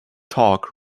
talk